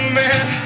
man